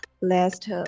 last